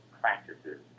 practices